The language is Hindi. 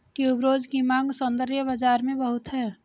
ट्यूबरोज की मांग सौंदर्य बाज़ार में बहुत है